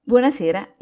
Buonasera